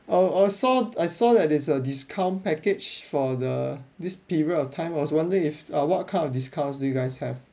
err I saw I saw that there's a discount package for the this period of time I was wondering if uh what kind of discounts do you guys have